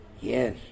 Yes